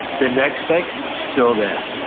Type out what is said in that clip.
the next day, still there.